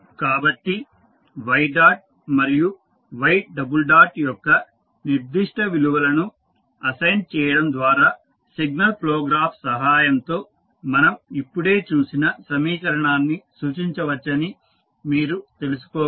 కాబట్టి y dot మరియు y double dot యొక్క నిర్దిష్ట విలువలను అసైన్డ్ చేయడం ద్వారా సిగ్నల్ ఫ్లో గ్రాఫ్ సహాయంతో మనం ఇప్పుడే చూసిన సమీకరణాన్ని సూచించవచ్చని మీరు తెలుసుకోగలరు